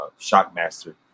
Shockmaster